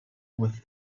with